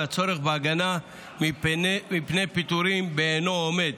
והצורך בהגנה מפני פיטורים בעינו עומד.